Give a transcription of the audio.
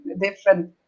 different